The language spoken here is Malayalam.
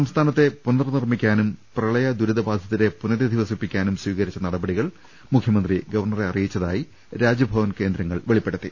സംസ്ഥാനത്തെ പുനർനിർമ്മിക്കാനും പ്രളയ ദുരിതബാധിതരെ പുനരധിവസിപ്പിക്കാനും സ്വീകരിച്ച നട പടികൾ ഗവർണറെ അറിയിച്ചതായി രാജ്ഭവൻ കേന്ദ്രങ്ങൾ വെളിപ്പെടുത്തി